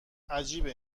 عجیبه